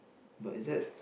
but is that